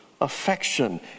affection